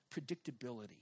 predictability